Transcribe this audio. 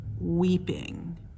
weeping